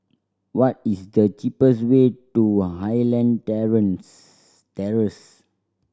what is the cheapest way to Highland Terrace